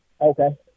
okay